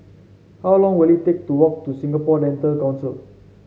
how long will it take to walk to Singapore Dental Council